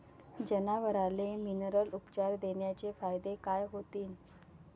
जनावराले मिनरल उपचार देण्याचे फायदे काय होतीन?